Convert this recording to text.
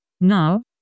now